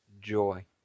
joy